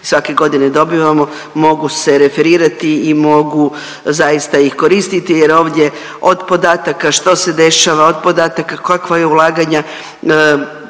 svake godine dobivamo mogu se referirati i mogu zaista ih koristiti jer ovdje od podataka što se dešava, od podataka kakva je ulaganja